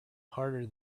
harder